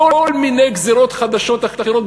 כל מיני גזירות חדשות אחרות.